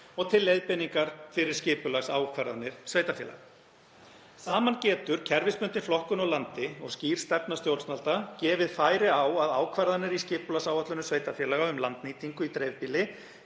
til leiðbeiningar fyrir skipulagsákvarðanir sveitarfélaga. Saman getur kerfisbundin flokkun á landi og skýr stefna stjórnvalda gefið færi á að ákvarðanir í skipulagsáætlunum sveitarfélaga, um landnýtingu í dreifbýli,